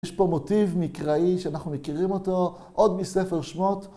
יש פה מוטיב מקראי שאנחנו מכירים אותו עוד מספר שמות.